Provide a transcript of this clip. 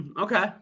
Okay